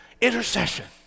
Intercession